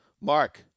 Mark